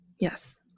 Yes